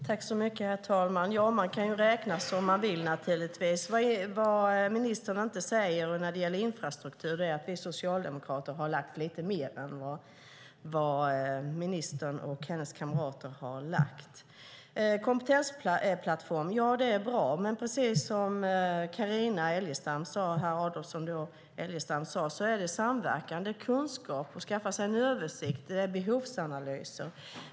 Herr talman! Man kan naturligtvis räkna som man vill. Det ministern inte säger beträffande infrastrukturen är att vi socialdemokrater satsat lite mer än vad ministern och hennes kamrater gjort. Kompetensplattformar är bra, men precis som Carina Adolfsson Elgestam sade behövs samverkan, kunskap, behovsanalyser. Man behöver ha översikt.